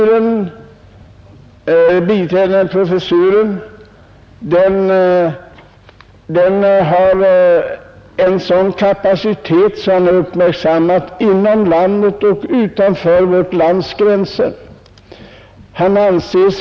Den biträdande professorn har en sådan kapacitet att han har uppmärksammats både inom landet och utanför vårt lands gränser.